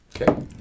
Okay